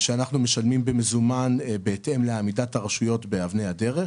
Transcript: אנחנו משלמים במזומן בהתאם לעמידת הרשויות באבני הדרך.